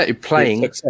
playing